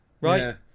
right